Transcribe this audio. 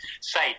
say